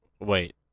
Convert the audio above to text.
wait